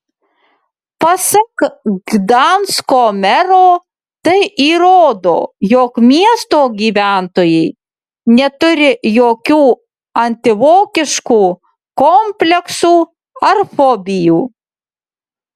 pasak gdansko mero tai įrodo jog miesto gyventojai neturi jokių antivokiškų kompleksų ar fobijų